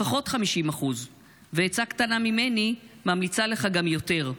לפחות 50%. ועצה קטנה ממני, ממליצה לך גם יותר.